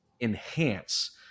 enhance